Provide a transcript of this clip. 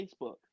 Facebook